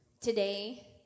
today